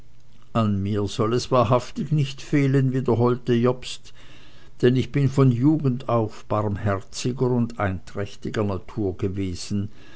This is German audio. an mir soll es wahrhaftig nicht fehlen wiederholte jobst denn ich bin von jugend auf barmherziger und einträchtiger natur gewesen